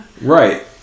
Right